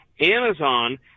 Amazon